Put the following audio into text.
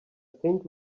think